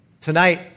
Tonight